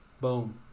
Boom